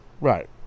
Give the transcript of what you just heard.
Right